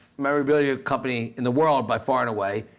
memorabilia company in the world by far and away,